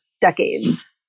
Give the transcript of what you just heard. decades